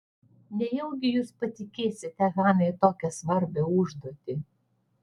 nejaugi jūs patikėsite hanai tokią svarbią užduotį